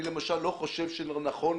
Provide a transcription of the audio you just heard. אני למשל לא חושב שיהיה נכון